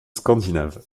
scandinave